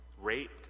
raped